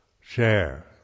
share